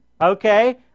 okay